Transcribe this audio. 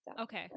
Okay